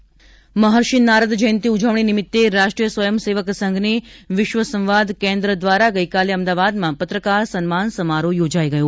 નારદ જયંતિ મહર્ષિ નારદ જયંતિ ઉજવણી નિમિત્તે રાષ્ટ્રીય સ્વયં સેવક સંઘની વિશ્વ સંવાદ કેન્દ્ર દ્વારા ગઈકાલે અમદાવાદમાં પત્રકાર સન્માન સમારોહ યોજાઈ ગયો